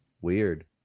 Weird